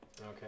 Okay